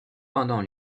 pendant